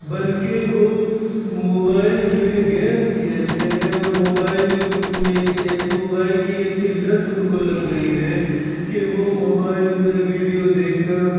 بلکہ وہ موبائل میں گیمز کھیلتے ہیں اور موبائل میں موبائل کی ایسی لت ان کو لگ گئی ہے کہ وہ موبائل میں ویڈیو دیکھنا